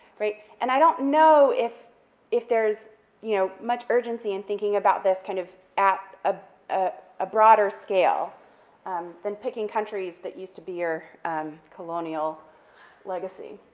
right, and i don't know if if there's you know much urgency in thinking about this kind of at a ah broader scale then picking countries that used to be your colonial legacy.